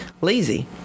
lazy